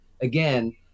again